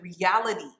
reality